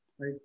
right